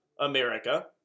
America